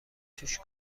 توش